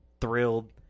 thrilled